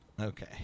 Okay